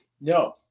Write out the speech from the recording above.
No